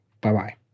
Bye-bye